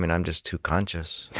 and i'm just too conscious.